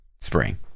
spring